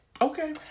Okay